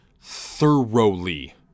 thoroughly